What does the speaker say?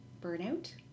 burnout